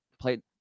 played